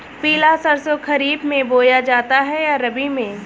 पिला सरसो खरीफ में बोया जाता है या रबी में?